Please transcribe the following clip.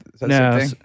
No